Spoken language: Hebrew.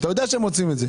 אתה יודע שהם רוצים את זה.